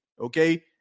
Okay